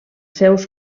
seus